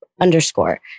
underscore